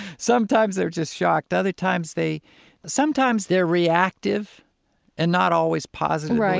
sometimes they're just shocked. other times, they sometimes they're reactive and not always positively.